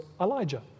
Elijah